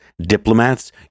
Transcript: diplomats